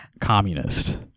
communist